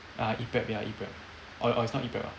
ah ePREP ya ePREP oh oh it's not ePREP ah